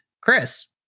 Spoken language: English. Chris